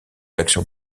l’action